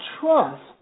trust